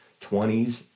20s